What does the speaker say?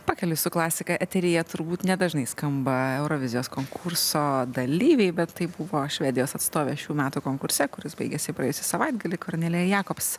pakeliui su klasika eteryje turbūt nedažnai skamba eurovizijos konkurso dalyviai bet tai buvo švedijos atstovė šių metų konkurse kuris baigėsi praėjusį savaitgalį kornelija jakobs